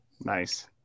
Nice